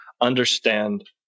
understand